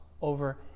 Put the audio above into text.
over